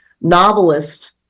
novelist